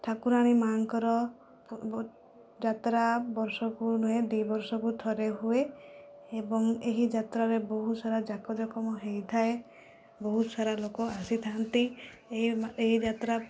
ଠାକୁରାଣୀ ମା'ଙ୍କର ଯାତ୍ରା ବର୍ଷକୁ ନୁହେଁ ଦୁଇ ବର୍ଷକୁ ଥରେ ହୁଏ ଏବଂ ଏହି ଯାତ୍ରାରେ ବହୁତ ସାରା ଜାକ ଜକମ ହୋଇଥାଏ ବହୁତ ସାରା ଲୋକ ଆସିଥାନ୍ତି ଏହି ଯାତ୍ରା